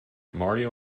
mario